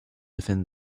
within